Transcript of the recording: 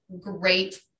great